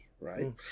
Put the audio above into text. right